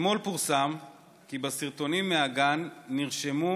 אתמול פורסם כי בסרטונים מהגן נצפו